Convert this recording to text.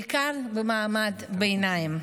בעיקר במעמד הביניים.